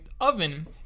oven